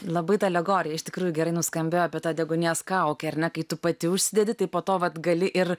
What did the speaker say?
labai ta alegorija iš tikrųjų gerai nuskambėjo apie tą deguonies kaukę ar ne kai tu pati užsidedi tai po to vat gali ir